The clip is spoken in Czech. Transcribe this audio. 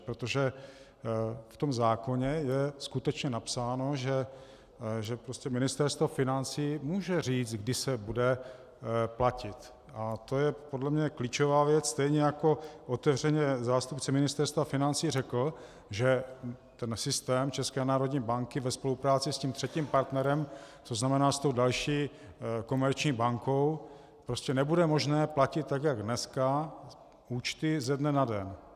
Protože v tom zákoně je skutečně napsáno, že prostě Ministerstvo financí může říci, kdy se bude platit, a to je podle mě klíčová věc, stejně jako otevřeně zástupce Ministerstva financí řekl, že ten systém České národní banky ve spolupráci s třetím partnerem, to znamená s tou další komerční bankou, prostě nebude možné platit tak jako dnes účty ze dne na den.